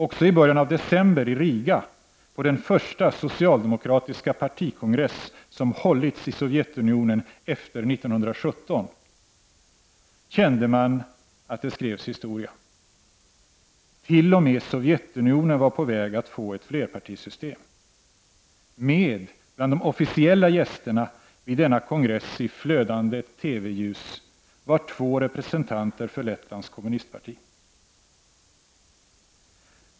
Också i början av december i Riga på den första socialdemokratiska partikongress som hållits i Sovjetunionen efter 1917 kände man att det skrevs historia. T.o.m. Sovjetunionen var på väg att få ett flerpartisystem. Bland de officiella gästerna vid denna kongress i flödande TV-ljus fanns två representanter för Lettlands kommunistparti.